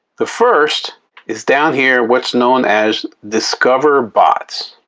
the first is down here what's known as discover bots.